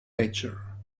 nature